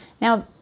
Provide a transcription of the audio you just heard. now